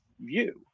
view